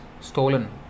stolen